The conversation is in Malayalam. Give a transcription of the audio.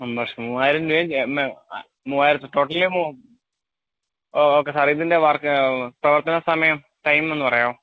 മെമ്പർഷിപ് മൂവായിരം രൂപയും മൂവായിരത്തി ടോട്ടൽ എമൗണ്ട് ഓക്കെ സാറേ ഇതിൻ്റെ വർക്ക് പ്രവർത്തന സമയം ടൈം ഒന്ന് പറയാമോ